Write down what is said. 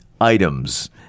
items